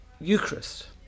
Eucharist